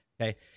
Okay